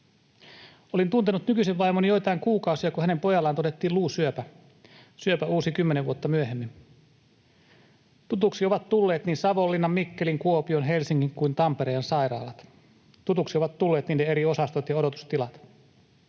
Olin tuntenut nykyisen vaimoni joitain kuukausia, kun hänen pojallaan todettiin luusyöpä. Syöpä uusi kymmenen vuotta myöhemmin. Tutuiksi ovat tulleet niin Savonlinnan, Mikkelin, Kuopion, Helsingin kuin Tampereen sairaalat. Tutuiksi ovat tulleet niiden eri osastot ja odotustilat.